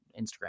Instagram